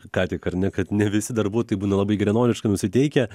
ką tik ar ne kad ne visi darbuotojai būna labai geranoriškai nusiteikę